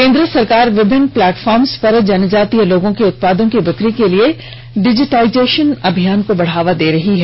केन्द्र सरकार विभिन्न प्लेटफार्म्स पर जनजातीय लोगों के उत्पादों की बिक्री के लिए डिजिटाइजेशन अभियान को बढ़ावा दे रही है